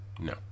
No